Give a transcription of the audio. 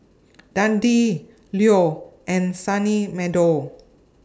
Dundee Leo and Sunny Meadow